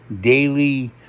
Daily